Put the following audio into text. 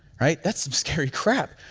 right? that's some scary crap.